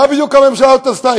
מה בדיוק הממשלה הזאת עשתה?